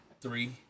Three